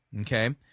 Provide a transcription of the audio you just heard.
Okay